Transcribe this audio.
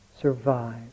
survive